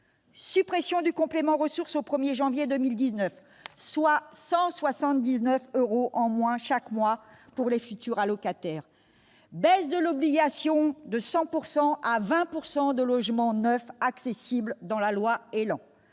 suppression du complément de ressources au 1 janvier 2019, soit 179 euros en moins chaque mois pour les futurs allocataires ; baisse de l'obligation de 100 % à 20 % de logements neufs accessibles dans la loi ÉLAN